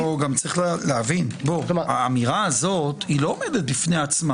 יש להבין - האמירה הזו לא עומדת בפני עצמה.